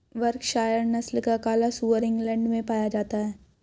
Berkshire नस्ल का काला सुअर इंग्लैण्ड में पाया जाता है